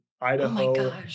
Idaho